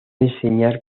enseñar